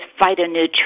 phytonutrients